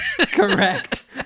Correct